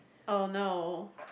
oh no